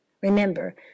Remember